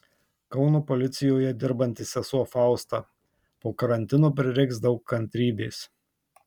kauno policijoje dirbanti sesuo fausta po karantino prireiks daug kantrybės